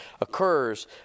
occurs